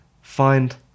find